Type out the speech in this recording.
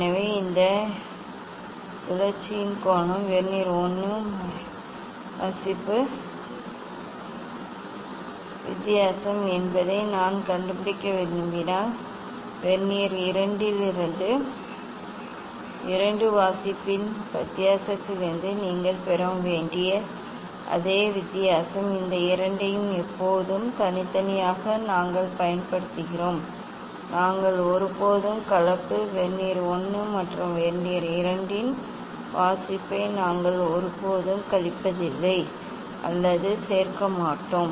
எனவே இப்போது இந்த சுழற்சியின் கோணம் வெர்னியர் 1 இன் இரண்டு வாசிப்பின் வித்தியாசம் என்பதை நான் கண்டுபிடிக்க விரும்பினால் வெர்னியர் 2 இலிருந்து இரண்டு வாசிப்பின் வித்தியாசத்திலிருந்து நீங்கள் பெற வேண்டிய அதே வித்தியாசம் இந்த இரண்டையும் எப்போதும் தனித்தனியாக நாங்கள் பயன்படுத்துகிறோம் நாங்கள் ஒருபோதும் கலப்பு வெர்னியர் 1 மற்றும் வெர்னியர் 2 இன் வாசிப்பை நாங்கள் ஒருபோதும் கழிப்பதில்லை அல்லது சேர்க்க மாட்டோம்